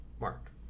Mark